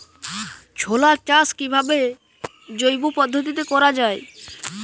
ছোলা চাষ কিভাবে জৈব পদ্ধতিতে করা যায়?